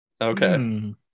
Okay